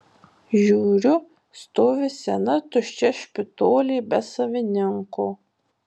žiūriu stovi sena tuščia špitolė be savininko